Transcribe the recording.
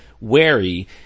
wary